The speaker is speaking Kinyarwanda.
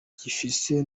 gifise